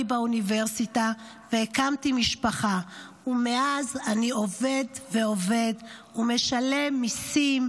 באוניברסיטה / והקמתי משפחה / ומאז אני עובד ועובד / ומשלם מיסים,